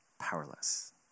powerless